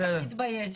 בסדר, נתבייש.